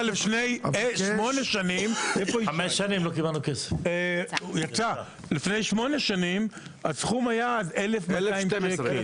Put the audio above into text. --- לפני שמונה שנים הסכום היה 1,212 שקל.